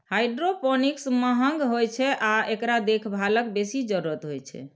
hydroponics महंग होइ छै आ एकरा देखभालक बेसी जरूरत होइ छै